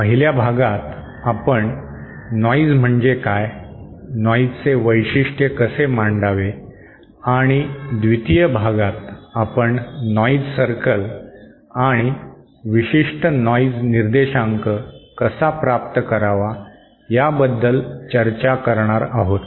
पहिल्या भागात आपण नॉंईज म्हणजे काय नॉंईजचे वैशिष्ट्य कसे मांडावे आणि द्वितीय भागात आपण नॉंईज सर्कल आणि विशिष्ट नॉंईज निर्देशांक कसा प्राप्त करावा याबद्दल चर्चा करणार आहोत